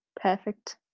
perfect